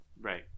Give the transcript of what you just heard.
Right